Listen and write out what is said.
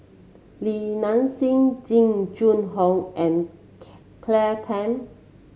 Li Nanxing Jing Jun Hong and Claire Tham